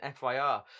FYR